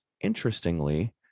interestingly